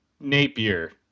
Napier